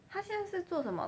他现在是做什么